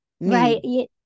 Right